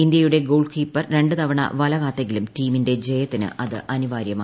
ഇന്ത്യയുടെ goalkeeper രണ്ട് തവണ വല കാത്തെങ്കിലും ടീമിന്റെ ജയത്തിന് അത് അനിവാര്യമായില്ല